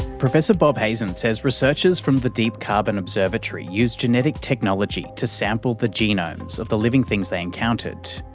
professor bob hazen says researchers from the deep carbon observatory use genetic technology to sample the genomes of the living things they encountered,